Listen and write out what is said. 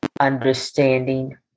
understanding